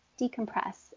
decompress